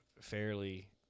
fairly